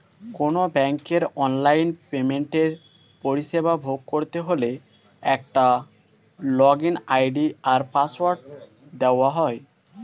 কোনো ব্যাংকের অনলাইন পেমেন্টের পরিষেবা ভোগ করতে হলে একটা লগইন আই.ডি আর পাসওয়ার্ড দেওয়া হয়